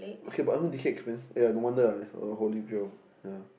okay but I want D_K expensive !aiya! no wonder lah is the holy grill ya